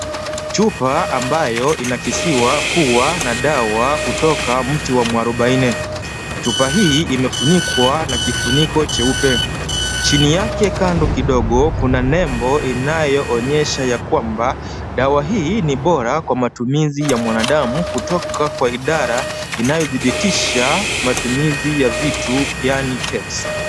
Chupa ambayo inakisiwa kuwa na dawa kutoka mti wa mwarubaini. Chupa hii imefunikwa na kifuniko cheupe. Chini yake kando kidogo kuna nembo inayoonyesha ya kwamba dawa hii ni bora kwa matumizi ya mwanadamu kutoka kwa idara inayodhibitisha matumizi ya vitu yaani KEBS .